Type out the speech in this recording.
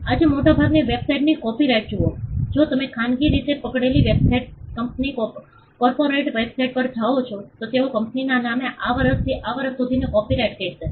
આજે મોટાભાગની વેબસાઇટ્સની કોપિરાઇટ જુઓ જો તમે ખાનગી રીતે પકડેલી વેબસાઇટ્સ કંપની કોર્પોરેટ વેબસાઇટ્સ પર જાઓ છો તો તેઓ કંપનીના નામે આ વર્ષથી આ વર્ષ સુધીની કોપીરાઈટ કહેશે